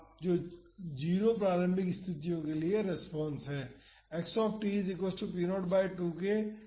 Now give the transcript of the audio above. तो 0 प्रारंभिक स्थितियों के लिए रेस्पॉन्स यह है